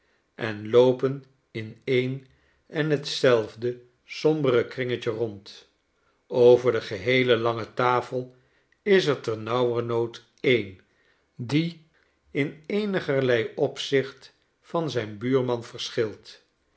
en loopen in een en t zelfde sombere kringetje rond over de geheele lange tafel is er ternauwernood een die in eenigerlei opzieht van zijn buurman verschilt